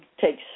takes